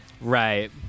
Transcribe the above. Right